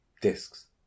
discs